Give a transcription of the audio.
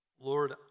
Lord